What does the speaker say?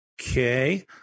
Okay